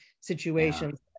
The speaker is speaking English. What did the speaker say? situations